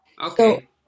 Okay